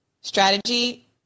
strategy